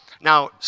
now